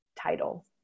title